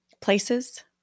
places